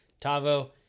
Tavo